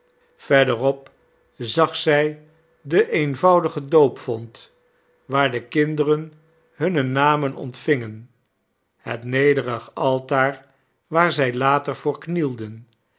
verderop zag zij de eenvoudige doopvont waar de kinderen hunne namen ontvingen het nederig altaar waar zij later voor knielden